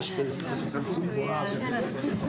מדברים על סעיף 10(ה).